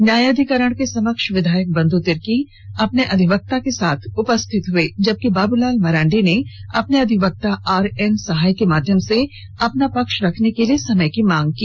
न्यायाधीकरण के समक्ष विधायक बंधू तिर्की अपने अधिवक्ता के साथ उपस्थित हुए जबकि बाबूलाल मरांडी ने अपने अधिवक्ता आरएन सहाय के माध्यम से अपना पक्ष रखने के लिए समय की मांग की